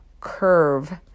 curve